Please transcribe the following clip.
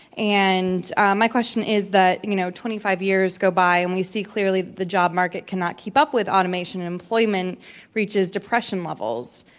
and um my question is that, you know, twenty five years go by and we see clearly that the job market cannot keep up with automation and employment reaches depression levels,